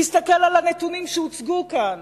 תסתכל על הנתונים שהוצגו כאן